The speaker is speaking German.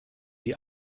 die